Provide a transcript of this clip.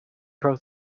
broke